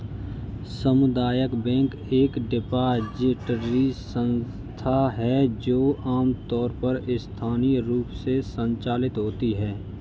सामुदायिक बैंक एक डिपॉजिटरी संस्था है जो आमतौर पर स्थानीय रूप से संचालित होती है